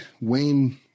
Wayne